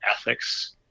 ethics